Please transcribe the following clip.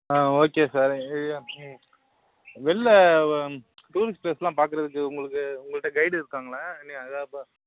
ஆ okay sir வெளில tourist place எல்லாம் பார்க்குறத்துக்கு உங்களுக்கு உங்கள்கிட்ட கய்டு இருக்காங்களா இல்லை யாரையது பார்த்து